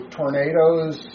tornadoes